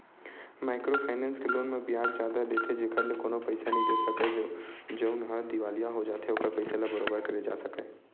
micro finance के loan म बियाज जादा लेथे जेखर ले कोनो पइसा नइ दे सकय जउनहा दिवालिया हो जाथे ओखर पइसा ल बरोबर करे जा सकय